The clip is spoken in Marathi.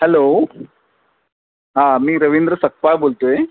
हॅलो हां मी रवींद्र सकपाळ बोलतो आहे